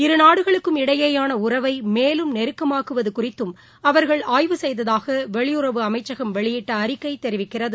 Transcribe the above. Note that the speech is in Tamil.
இரு நாடுகளுக்கும் இடையேயானஉறவைமேலும் நெருக்கமாக்குவதுகுறித்தும் அவர்கள் ஆய்வு செய்ததாகவெளியுறவு அமைச்சகம் வெளியிட்டஅறிக்கைதெரிவிக்கிறது